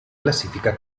classifica